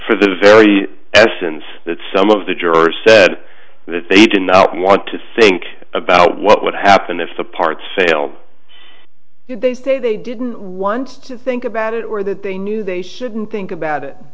for the very essence that some of the jurors said that they didn't want to think about what would happen if the parts fail they say they didn't want to think about it or that they knew they shouldn't think about it